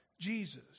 Jesus